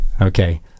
Okay